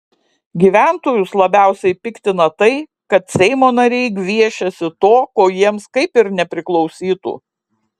gyventojus labiausiai piktina tai kad seimo nariai gviešiasi to ko jiems kaip ir nepriklausytų